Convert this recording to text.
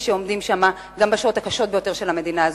שעומדים שם גם בשעות הקשות ביותר של המדינה הזו.